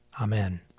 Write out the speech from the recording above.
Amen